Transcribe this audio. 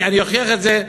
אני אוכיח את זה,